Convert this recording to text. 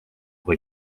või